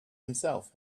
himself